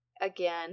again